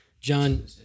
John